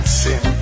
sin